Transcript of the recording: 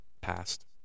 past